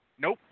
Nope